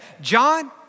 John